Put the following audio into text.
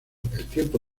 tiempo